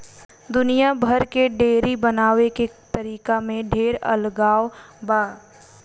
दुनिया भर के डेयरी बनावे के तरीका में ढेर अलगाव बा